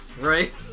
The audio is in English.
Right